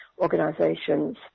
organisations